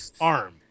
arm